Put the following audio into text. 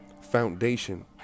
foundation